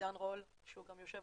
עידן רול שהוא גם יו"ר